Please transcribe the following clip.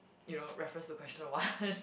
you know reference to question one